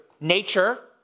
nature